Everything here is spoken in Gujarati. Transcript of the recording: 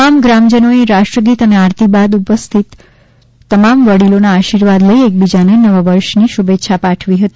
તમામ ગ્રામજનોએ રાષ્ટ્રગીત અને આરતી બાદ ઉપસ્થિત તમામ વડીલોના આશીર્વાદ લઇને એકબીજાને નવા વર્ષની શુભેચ્છા પાઠવી હતી